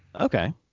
Okay